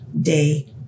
day